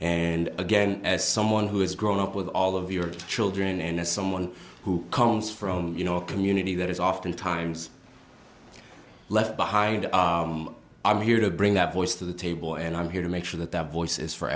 and again as someone who has grown up with all of your children and as someone who comes from you know a community that is oftentimes left behind i'm here to bring that voice to the table and i'm here to make sure that that voice is for